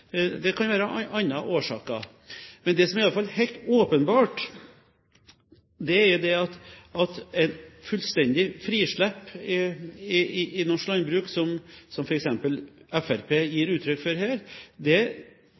det kan være andre årsaker. Men det som iallfall er helt åpenbart, er at når det gjelder et fullstendig frislipp i norsk landbruk, som er det f.eks. Fremskrittspartiet gir uttrykk for her, er det